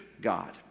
God